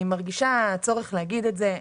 אני מרגישה צורך לומר את זה.